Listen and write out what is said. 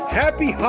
happy